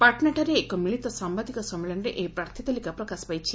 ପାଟ୍ନାଠାରେ ଏକ ମିଳିତ ସାମ୍ଧାଦିକ ସମ୍ମିଳନୀରେ ଏହି ପ୍ରାର୍ଥୀ ତାଲିକା ପ୍ରକାଶ ପାଇଛି